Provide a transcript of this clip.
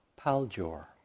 Paljor